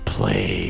Play